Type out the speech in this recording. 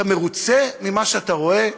אתה מרוצה ממה שאתה רואה?